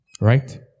right